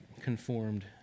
conformed